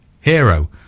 hero